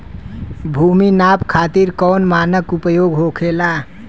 भूमि नाप खातिर कौन मानक उपयोग होखेला?